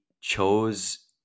chose